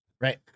Right